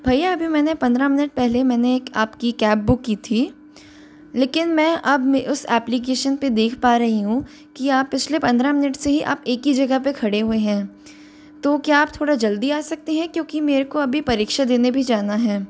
भैया अभी मैंने पंद्रह मिनट पहले मैंने एक आपकी कैब बुक की थी लेकिन मैं अब उस एप्लिकेशन पर देख पा रही हूँ की आप पिछले पंद्रह मिनट से एक ही आप एक ही जगह पर खड़े हुए हैं तो क्या आप थोड़ा जल्दी आ सकते हैं क्योंकि मेरे को अभी परीक्षा देने भी जाना है